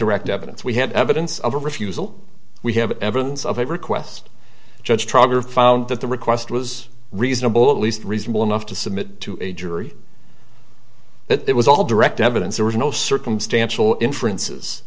direct evidence we had evidence of a refusal we have evidence of a request judge trotter found that the request was reasonable at least reasonable enough to submit to a jury that there was all direct evidence there was no circumstantial inferences